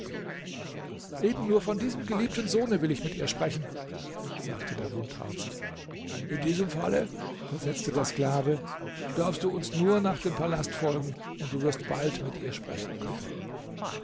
eben nur von diesem geliebten sohne will ich mit ihr sprechen sagte der wundarzt in diesem falle versetzte der sklave darfst du uns nur nach dem palast folgen und du wirst bald mit ihr sprechen können